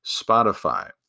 Spotify